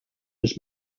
his